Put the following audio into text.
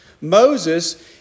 Moses